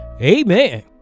amen